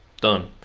done